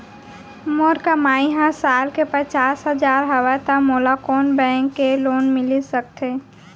मोर कमाई ह साल के पचास हजार हवय त मोला कोन बैंक के लोन मिलिस सकथे?